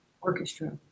Orchestra